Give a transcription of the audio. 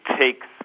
takes